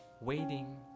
waiting